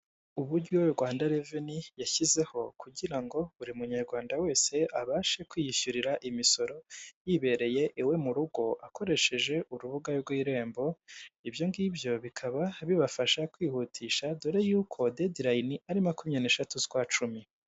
Uburyo Rwanda Reveni yashyizeho kugira ngo buri munyarwanda wese abashe kwiyishyurira imisoro yibereye iwe mu rugo, akoresheje urubuga rw'irembo, ibyongibyo bikaba bibafasha kwihutisha, dore yuko dedi layini ari makunya n'eshati z'ukwa cumi.